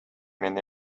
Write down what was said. мен